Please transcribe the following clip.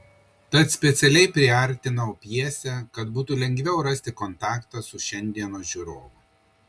tad specialiai priartinau pjesę kad būtų lengviau rasti kontaktą su šiandienos žiūrovu